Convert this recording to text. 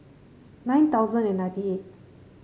nine thousand and ninety eight